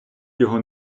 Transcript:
його